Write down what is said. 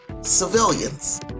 civilians